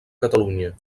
catalunya